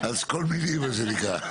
אז שקול מילים, מה שנקרא.